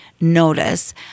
notice